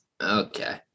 Okay